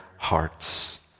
Hearts